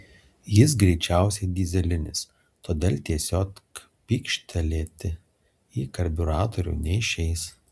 jis greičiausiai dyzelinis todėl tiesiog pykštelėti į karbiuratorių neišeis